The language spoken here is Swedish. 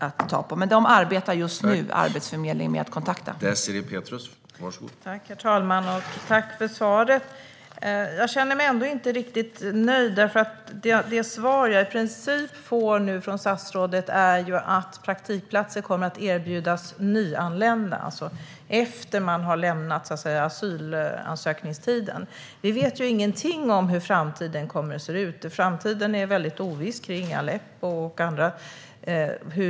Arbetsförmedlingen arbetar just nu med att kontakta dessa arbetsgivare.